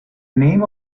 name